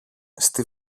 στη